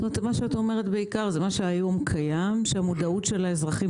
את אומרת בעיקר שהמודעות של האזרחים